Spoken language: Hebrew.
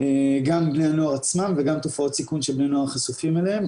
גם בני הנוער עצמם וגם תופעות סיכון שבני נוער חשופים אליהם.